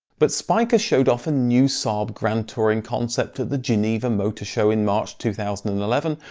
but spyker showed off a new saab grand touring concept at the geneva motor show in march two thousand and eleven,